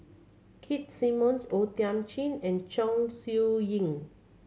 Keith Simmons O Thiam Chin and Chong Siew Ying